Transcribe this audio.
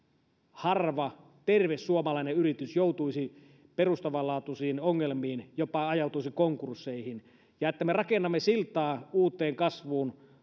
harva terve suomalainen yritys joutuisi perustavanlaatuisiin ongelmiin jopa ajautuisi konkurssiin ja me rakennamme siltaa uuteen kasvuun